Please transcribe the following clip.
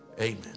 Amen